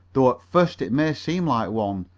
though at first it may seem like one,